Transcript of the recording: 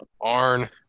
Arn